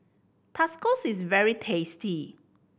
tacos is very tasty